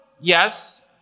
yes